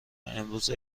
امروز